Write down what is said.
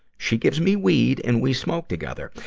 she gives me weed and we smoke together.